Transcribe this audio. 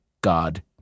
god